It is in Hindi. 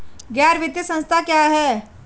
गैर वित्तीय संस्था क्या है?